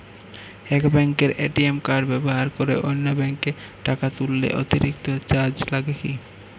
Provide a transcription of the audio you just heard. এক ব্যাঙ্কের ATM card ব্যবহার করে অন্য ব্যঙ্কে টাকা তুললে অতিরিক্ত চার্জ লাগে কি?